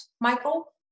Michael